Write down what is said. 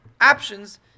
options